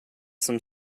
some